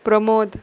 Pramod